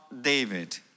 David